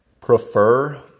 prefer